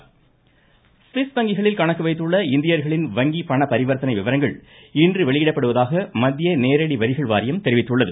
Swiss வங்கி Swiss வங்கிகளில் வங்கி கணக்கு வைத்துள்ள இந்தியர்களின் பண பரிவர்த்தணை விவரங்கள் இன்று வெளியிடப்படுவதாக மத்திய நேரடி வரிகள் வாரியம் தெரிவித்துள்ளது